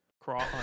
cross